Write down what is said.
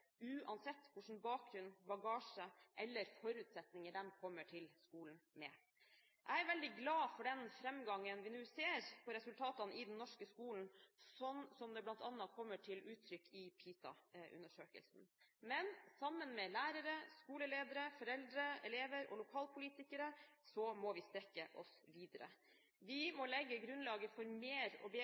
uansett hva slags bakgrunn, bagasje eller forutsetninger de kommer til skolen med. Jeg er veldig glad for den fremgangen vi nå ser når det gjelder resultatene i den norske skolen, slik det bl.a. kommer til uttrykk i PISA-undersøkelsen. Men sammen med lærere, skoleledere, foreldre, elever og lokalpolitikere må vi strekke oss lenger. Vi må legge grunnlaget for mer og bedre